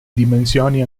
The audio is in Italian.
dimensioni